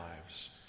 lives